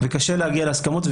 וקשה להגיע להסכמות.